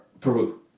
Peru